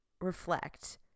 reflect